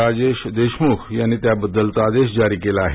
राजेश देशमूख यांनी त्याबद्दलचा आदेश जारी केला आहे